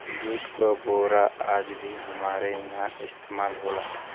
jute क बोरा आज भी हमरे इहां इस्तेमाल होला